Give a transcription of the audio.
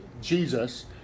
Jesus